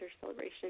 celebration